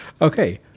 okay